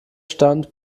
stand